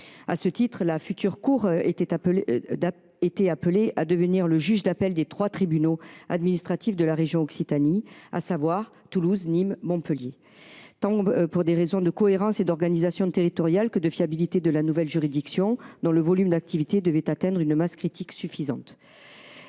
À ce titre, la future cour était amenée à devenir le juge d’appel des trois tribunaux administratifs de la région Occitanie, à savoir Toulouse, Nîmes et Montpellier, tant pour des raisons de cohérence d’organisation territoriale que de viabilité de la nouvelle juridiction, dont le volume d’activité devait atteindre une masse critique suffisante.